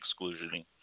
exclusionary